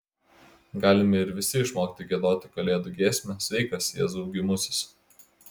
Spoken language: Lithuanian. galime ir visi išmokti giedoti kalėdų giesmę sveikas jėzau gimusis